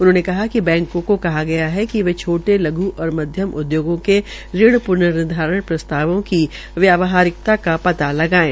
उन्होंने कहा कि बैंको को कहा गया है कि वे छोटे लघ् और मध्यम उदयोगों के ऋण प्र्न निर्धारण प्रस्तावों की व्यावहारिकता का पता लगायें